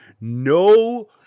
no